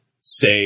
Say